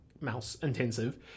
mouse-intensive